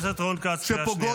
חבר הכנסת רון כץ, קריאה שנייה.